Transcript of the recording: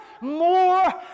more